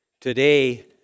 Today